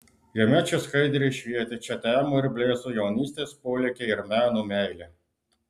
jame čia skaidriai švietė čia temo ir blėso jaunystės polėkiai ir meno meilė